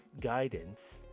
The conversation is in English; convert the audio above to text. guidance